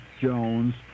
Jones